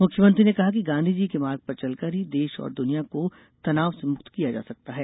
मुख्यमंत्री ने कहा कि गांधीजी के मार्ग पर चलकर ही देश और दुनिया को तनाव से मुक्त किया जा सकता है